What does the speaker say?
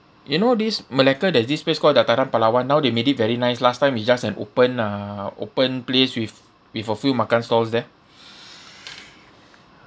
you know this malacca there's this place called dataran pahlawan now they made it very nice last time is just an open uh open place with with a few makan stalls there